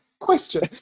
question